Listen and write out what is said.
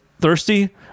thirsty